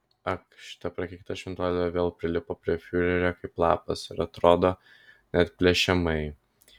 ak šita prakeikta šventuolė vėl prilipo prie fiurerio kaip lapas ir atrodo neatplėšiamai